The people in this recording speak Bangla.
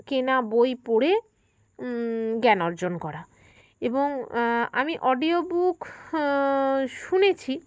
কেনা বই পড়ে জ্ঞান অর্জন করা এবং আমি অডিও বুক শুনেছি